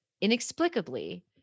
inexplicably